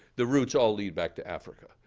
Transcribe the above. the roots all lead back to africa.